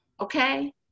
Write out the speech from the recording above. Okay